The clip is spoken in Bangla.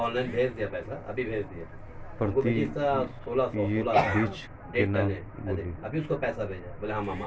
প্রত্যায়িত বীজ কোনগুলি?